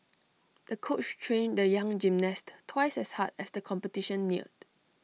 the coach trained the young gymnast twice as hard as the competition neared